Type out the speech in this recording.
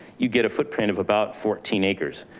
you get a footprint of about fourteen acres,